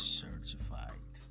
certified